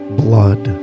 blood